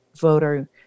voter